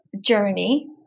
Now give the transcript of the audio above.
journey